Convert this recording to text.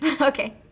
okay